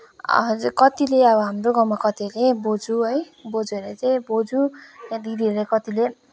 हजुर कतिले अब हाम्रो गाउँमा कतिले बोजु है बोजुहरूले चाहिँ बोजु या दिदीहरूले कतिले